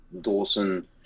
Dawson